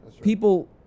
people